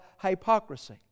hypocrisy